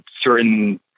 certain